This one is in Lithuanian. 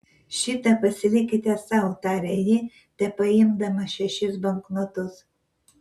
šitą pasilikite sau tarė ji tepaimdama šešis banknotus